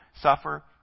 suffer